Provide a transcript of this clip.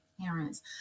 parents